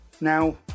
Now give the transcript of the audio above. Now